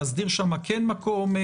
להסדיר שם כן מקום?